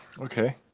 okay